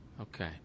Okay